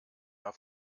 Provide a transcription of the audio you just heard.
war